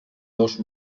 dos